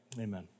Amen